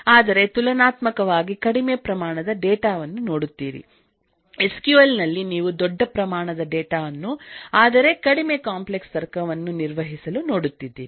ಆದರೆ ತುಲನಾತ್ಮಕವಾಗಿ ಕಡಿಮೆ ಪ್ರಮಾಣದ ಡೇಟಾ ಅನ್ನು ನೋಡುತ್ತೀರಿ ಎಸ್ ಕ್ಯೂಎಲ್ ನಲ್ಲಿ ನೀವುದೊಡ್ಡ ಪ್ರಮಾಣದ ಡೇಟಾ ಅನ್ನು ಆದರೆ ಕಡಿಮೆ ಕಾಂಪ್ಲೆಕ್ಸ್ ತರ್ಕವನ್ನು ನಿರ್ವಹಿಸಲುನೋಡುತ್ತಿದ್ದೀರಿ